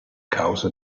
causa